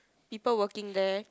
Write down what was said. people working there